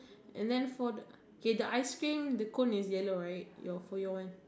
and then for the K ice cream the cone is yellow right if your own